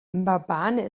mbabane